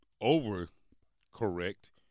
over-correct